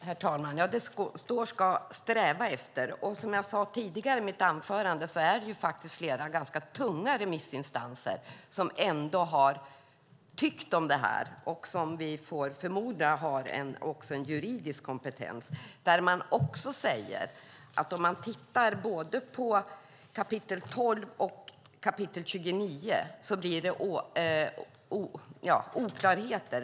Herr talman! Det står "ska sträva efter". Som jag sade tidigare i mitt anförande är det flera ganska tunga remissinstanser som har tyckt till om detta och som vi får förmoda också har en juridisk kompetens. De säger också att om man tittar på både kap. 12 och kap. 25 är det oklarheter.